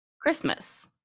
Christmas